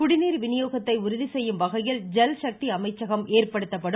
குடிநீர் வினியோகத்தை உறுதி செய்யும் வகையில் ஜல் சக்தி அமைச்சகம் ஏற்படுத்தப்படும்